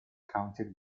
counted